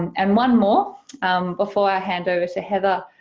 and one more before i hand over to heather,